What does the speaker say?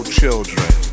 children